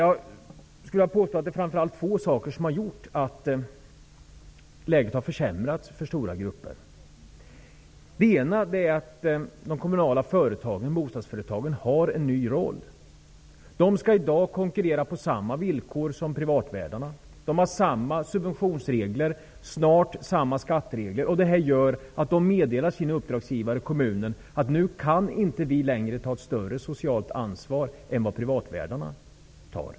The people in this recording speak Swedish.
Jag skulle vilja påstå att framför allt två saker har gjort att läget har försämrats för stora grupper av människor. Det ena är att de kommunala bostadsföretagen har fått en ny roll. De skall i dag konkurrera på samma villkor som privatvärdarna. De har samma subventionsregler och snart samma skatteregler. Det medför att de meddelar sin uppdragsgivare, kommunen, att de inte längre kan ta ett större socialt ansvar än privatvärdarna.